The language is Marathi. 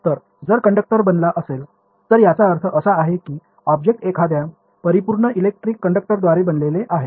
तर जर कंडक्टर बनला असेल तर याचा अर्थ असा आहे की ऑब्जेक्ट एखाद्या परिपूर्ण इलेक्ट्रिक कंडक्टरद्वारे बनलेले आहे